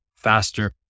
faster